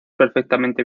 perfectamente